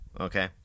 okay